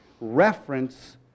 reference